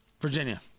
Virginia